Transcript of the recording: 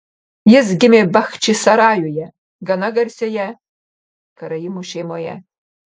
jis gimė bachčisarajuje gana garsioje karaimų šeimoje